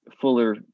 fuller